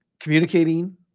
communicating